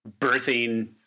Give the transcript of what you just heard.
Birthing